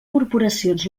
corporacions